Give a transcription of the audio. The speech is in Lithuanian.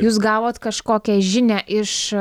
jūs gavot kažkokią žinią iš